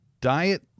diet